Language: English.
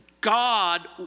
God